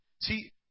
See